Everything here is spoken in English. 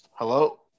Hello